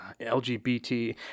LGBT